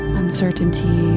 uncertainty